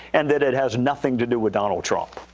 and that it has nothing to do with donald trump.